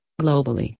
globally